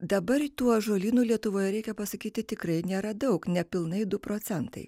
dabar tų ąžuolynų lietuvoje reikia pasakyti tikrai nėra daug nepilnai du procentai